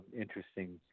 interesting